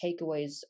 takeaways